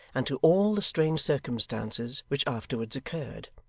and to all the strange circumstances which afterwards occurred.